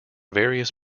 various